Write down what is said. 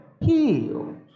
healed